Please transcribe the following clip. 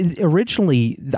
Originally